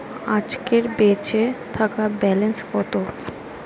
আজকের বেচে থাকা ব্যালেন্স কত?